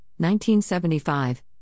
1975